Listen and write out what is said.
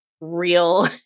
real